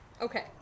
Okay